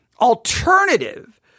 alternative